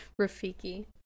Rafiki